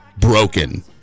broken